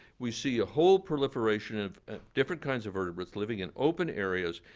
we see a whole proliferation of different kinds of vertebrates living in open areas.